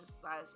slash